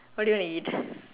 what do you want to eat